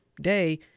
day